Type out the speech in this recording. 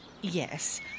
yes